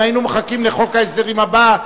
אם היינו מחכים לחוק ההסדרים הבא,